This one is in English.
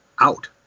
out